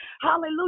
Hallelujah